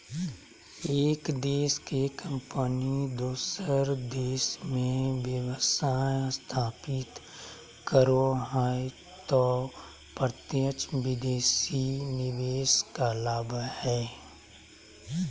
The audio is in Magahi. एक देश के कम्पनी दोसर देश मे व्यवसाय स्थापित करो हय तौ प्रत्यक्ष विदेशी निवेश कहलावय हय